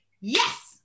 Yes